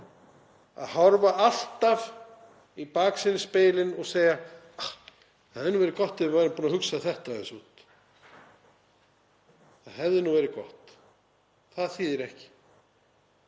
að horfa alltaf í baksýnisspegilinn og segja: Það hefði nú verið gott ef við hefðum verið búin að hugsa þetta aðeins út. Það hefði nú verið gott. Það þýðir ekki,